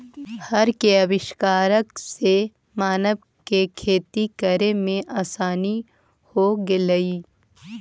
हर के आविष्कार से मानव के खेती करे में आसानी हो गेलई